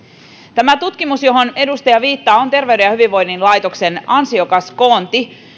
tämä tutkimus johon edustaja viittaa on terveyden ja hyvinvoinnin laitoksen ansiokas koonti